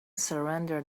surrender